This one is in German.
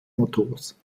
motors